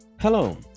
hello